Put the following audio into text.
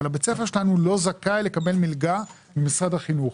אבל בית הספר שלנו לא זכאי לקבל מלגה ממשרד החינוך.